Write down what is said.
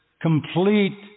complete